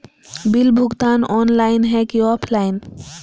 Bill भुगतान online है की ऑफलाइन?